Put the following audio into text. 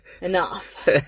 enough